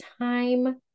time